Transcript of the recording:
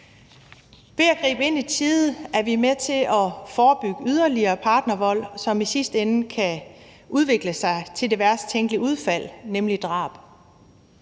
Ved at gribe ind i tide er vi med til at forebygge yderligere partnervold, som i sidste ende kan udvikle sig til det værst tænkelige udfald, nemlig drab.